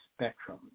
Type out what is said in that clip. spectrum